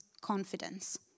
confidence